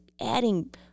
adding